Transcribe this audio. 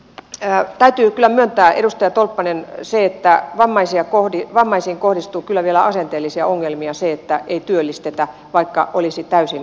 sitten täytyy kyllä myöntää edustaja tolppanen se että vammaisiin kohdistuu kyllä vielä asenteellisia ongelmia ei työllistetä vaikka olisi täysin huippuosaajasta kysymys